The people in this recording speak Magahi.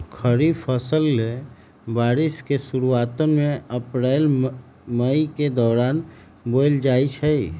खरीफ फसलें बारिश के शुरूवात में अप्रैल मई के दौरान बोयल जाई छई